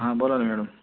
हां बोला ना मॅडम